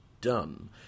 done